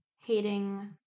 hating